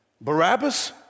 Barabbas